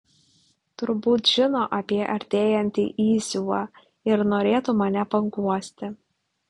turbūt žino apie artėjantį įsiuvą ir norėtų mane paguosti